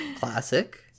classic